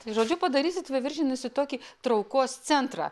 tai žodžiu padarysit veiviržėnus į tokį traukos centrą